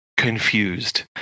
Confused